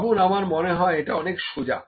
ভাবুন আমার মনে হয় এটা অনেক সোজা